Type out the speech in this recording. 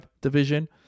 division